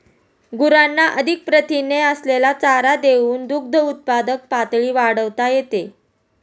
गुरांना अधिक प्रथिने असलेला चारा देऊन दुग्धउत्पादन पातळी वाढवता येते